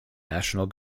national